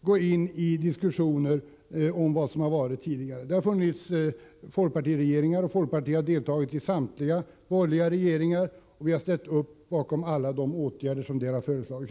gå in på diskussioner om vad som har förekommit tidigare. Vi har haft folkpartiregering, och folkpartiet har deltagit i samtliga borgerliga regeringar och ställt upp bakom alla de åtgärder som där har föreslagits.